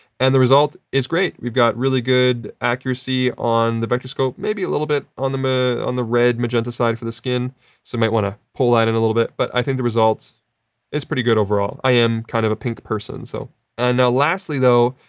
and the result is great. we've got really good accuracy on the vectorscope. maybe a little bit on the ah on the red magenta side for the skin. so, you might wanna pull that in a little bit, but i think the result is pretty good overall. i am kind of a pink person. so and lastly though,